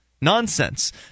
Nonsense